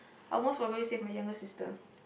I most probably save my younger sister